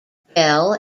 bell